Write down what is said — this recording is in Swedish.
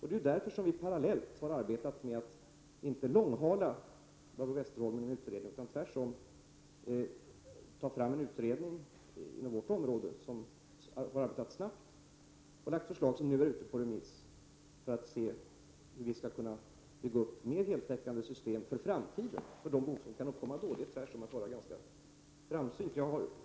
Det är därför som vi parallellt har arbetat med att inte långhala, Barbro Westerholm, en utredning utan tvärtom tagit fram en utredning inom vårt område som har arbetat snabbt och som har lagt fram förslag som nu är ute på remiss, för att vi skall se hur vi skall kunna bygga upp mer heltäckande system för de behov som kan uppkomma i framtiden. Det är att vara ganska framsynt.